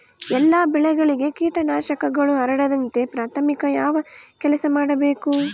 ಎಲ್ಲ ಬೆಳೆಗಳಿಗೆ ಕೇಟನಾಶಕಗಳು ಹರಡದಂತೆ ಪ್ರಾಥಮಿಕ ಯಾವ ಕೆಲಸ ಮಾಡಬೇಕು?